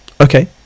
okay